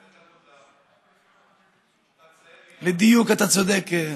03:58. אתה תסיים, יהיה 04:00. בדיוק, אתה צודק.